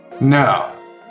No